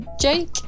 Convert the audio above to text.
Jake